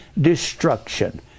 destruction